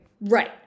Right